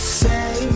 say